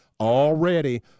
already